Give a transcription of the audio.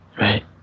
Right